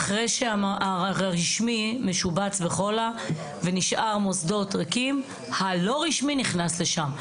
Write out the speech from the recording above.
אחרי שהרשמי משובץ בכל ונשאר מוסדות ריקים הלא רשמי נכנס לשם,